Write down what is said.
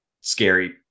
scary